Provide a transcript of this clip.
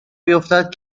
بیفتد